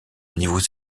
niveaux